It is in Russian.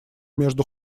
между